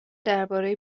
درباره